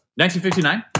1959